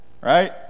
right